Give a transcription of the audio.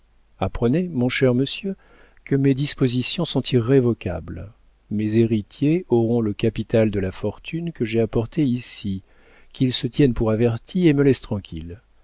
apprenez mon cher monsieur que mes dispositions sont irrévocables mes héritiers auront le capital de la fortune que j'ai apportée ici qu'ils se tiennent pour avertis et me laissent tranquille